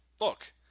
Look